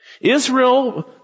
Israel